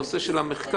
הנושא של המחקר.